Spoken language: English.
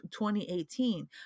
2018